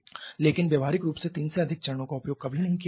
लेकिन व्यावहारिक रूप से तीन से अधिक चरणों का उपयोग कभी नहीं किया जाता है